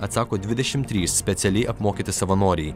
atsako dvidešimt trys specialiai apmokyti savanoriai